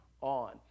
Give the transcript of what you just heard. on